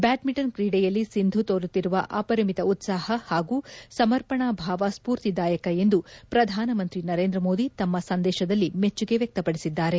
badminton ಕ್ರೀಡೆಯಲ್ಲಿ ಸಿಂಧು ತೋರುತ್ತಿರುವ ಅಪರಿಮಿತ ಉತ್ಪಾಹ ಹಾಗು ಸಮರ್ಪಣಾಭಾವ ಸ್ಪೂರ್ತಿದಾಯಕ ಎಂದು ಪ್ರಧಾನಮಂತ್ರಿ ನರೇಂದ್ರಮೋದಿ ತಮ್ಮ ಸಂದೇಶದಲ್ಲಿ ಮೆಚ್ಚುಗೆ ವ್ಯಕ್ತಪಡಿಸಿದ್ದಾರೆ